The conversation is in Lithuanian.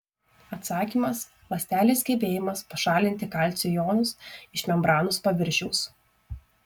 atsakymas ląstelės gebėjimas pašalinti kalcio jonus iš membranos paviršiaus